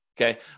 Okay